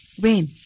Rain